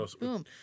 boom